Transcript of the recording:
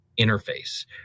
interface